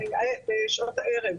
בשעות הערב.